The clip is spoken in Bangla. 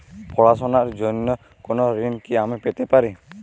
পড়াশোনা র জন্য কোনো ঋণ কি আমি পেতে পারি?